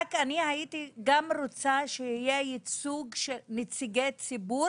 רק אני הייתי גם רוצה שיהיה ייצוג של נציגי ציבור